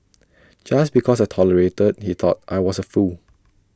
just because I tolerated he thought I was A fool